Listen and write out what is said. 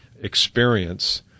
experience